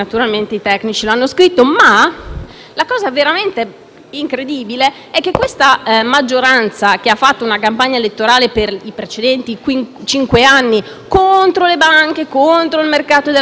la cosa veramente incredibile è che questa maggioranza, che ha fatto una campagna elettorale per i precedenti cinque anni contro le banche e contro il mercato della finanza, ha scritto, approvato ed è